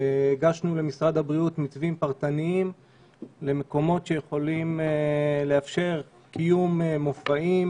הגשנו למשרד הבריאות מתווים פרטניים למקומות שיכולים לאפשר קיום מופעים.